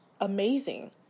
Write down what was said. amazing